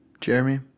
jeremy